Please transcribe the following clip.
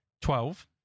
Twelve